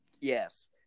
Yes